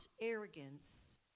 arrogance